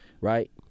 right